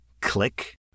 Click